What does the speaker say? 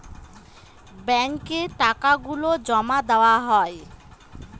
ব্যাঙ্কে টাকা গুলো জমা দেওয়া হয়